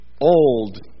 old